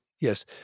Yes